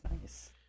nice